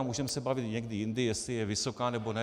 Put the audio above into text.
A můžeme se bavit někdy jindy, jestli je vysoká, nebo ne.